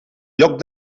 lloc